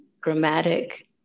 grammatic